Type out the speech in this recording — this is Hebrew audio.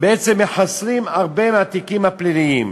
בעצם מחסלים הרבה מהתיקים הפליליים.